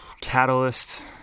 catalyst